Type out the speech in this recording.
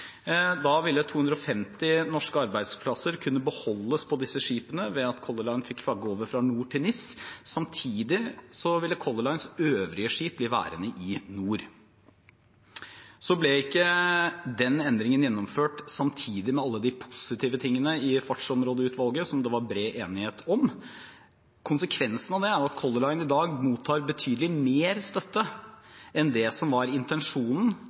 Da ville 250 norske arbeidsplasser kunne beholdes på disse skipene ved at Color Line fikk flagge over fra NOR til NIS. Samtidig ville Color Lines øvrige skip bli værende i NOR. Den endringen ble ikke gjennomført samtidig med alle de positive tingene i fartsområdeutvalget som det var bred enighet om. Konsekvensen av det er at Color Line i dag mottar betydelig mer i støtte enn det som var intensjonen